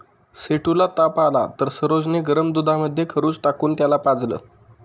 सेठू ला ताप आला तर सरोज ने गरम दुधामध्ये खजूर टाकून त्याला पाजलं